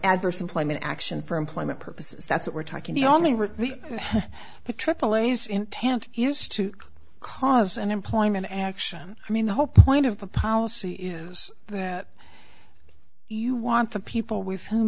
adverse employment action for employment purposes that's what we're talking the only we're the aaa is intent used to cause an employment action i mean the whole point of the policy is that you want the people with whom